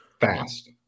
fast